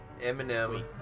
eminem